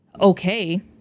okay